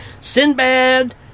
Sinbad